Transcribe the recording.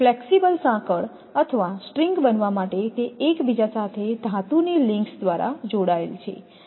flexible સાંકળ અથવા string બનવા માટે તે એકબીજા સાથે ધાતુની લિંક્સ દ્વારા જોડાયેલ છે